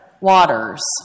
Waters